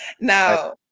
Now